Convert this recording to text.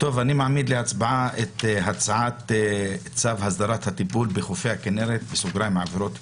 אני מעמיד להצבעה את הצעת צו הסדרת הטיפול בחופי הכינרת (עבירות קנס),